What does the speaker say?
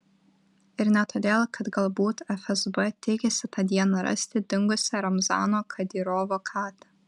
ir ne todėl kad galbūt fsb tikisi tą dieną rasti dingusią ramzano kadyrovo katę